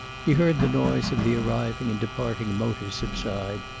he heard the noise of the arriving and departing motors subside,